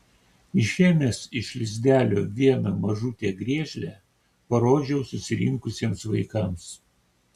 išėmęs iš lizdelio vieną mažutę griežlę parodžiau susirinkusiems vaikams